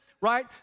Right